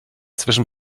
zwischen